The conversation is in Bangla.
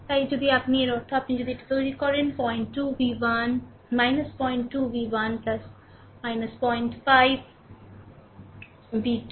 তাই যদি আপনি এর অর্থ আপনি যদি এটি তৈরি করেন পয়েন্ট 2v1 05v2 1